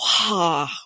wow